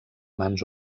mans